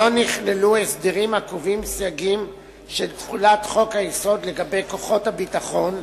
לא נכללו הסדרים הקובעים סייגים של תחולת חוק-היסוד לגבי כוחות הביטחון,